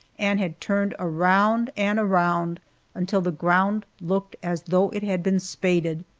and had turned around and around until the ground looked as though it had been spaded.